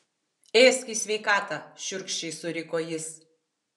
ėsk į sveikatą šiurkščiai suriko jis